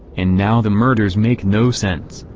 and now the murders make no sense.